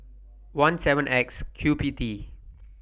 one seven X Q P T